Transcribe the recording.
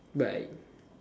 bye